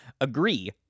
agree